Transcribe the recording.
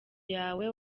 yawe